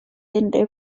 unrhyw